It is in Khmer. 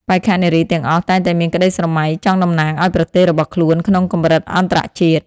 បេក្ខនារីទាំងអស់តែងតែមានក្តីស្រមៃចង់តំណាងឲ្យប្រទេសរបស់ខ្លួនក្នុងកម្រិតអន្តរជាតិ។